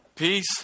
Peace